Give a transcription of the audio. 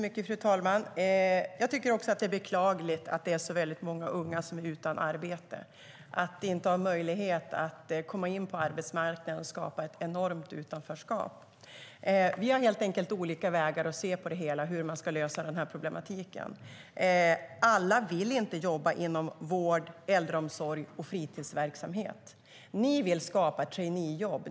Fru talman! Jag tycker också att det är beklagligt att så många unga är utan arbete och inte har möjlighet att komma in på arbetsmarknaden. Det skapar ett enormt utanförskap. Vi har helt enkelt olika vägar till lösningar på problemen. Alla vill inte jobba inom vård, äldreomsorg och fritidsverksamhet. Ni vill skapa traineejobb.